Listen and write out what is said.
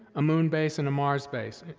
a moon base, and a mars base,